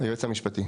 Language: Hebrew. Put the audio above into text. היועץ המשפטי.